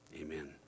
Amen